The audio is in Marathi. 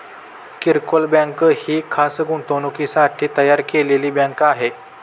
किरकोळ बँक ही खास गुंतवणुकीसाठी तयार केलेली बँक आहे